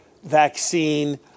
vaccine